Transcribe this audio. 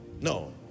No